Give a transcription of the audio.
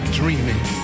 dreaming